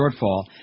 shortfall